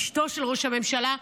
אשתו של ראש הממשלה,